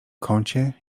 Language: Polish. kącie